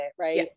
right